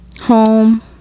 Home